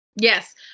Yes